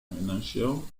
financial